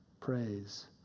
praise